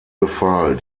befahl